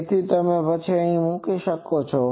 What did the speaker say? તેથી પછી તમે તેને અહીં મૂકી શકો છો